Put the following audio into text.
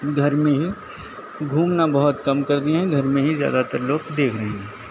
گھر میں ہی گھومنا بہت کم کر دیے ہیں گھر میں ہی زیادہ تر لوگ دیکھ رہے ہیں